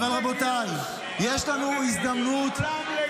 אבל, רבותיי, יש לנו הזדמנות --- לא מבין.